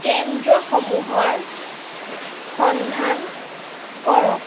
কেন্দ্ৰসমূহৰ সন্ধান কৰক